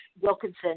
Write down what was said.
Wilkinson